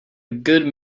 good